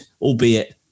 albeit